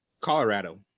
Colorado